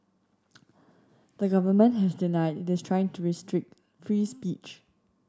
the government has denied this trying to restrict free speech